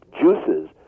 juices